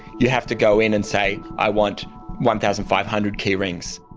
you have to go in and say, i want one thousand five hundred keyrings.